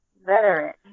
veteran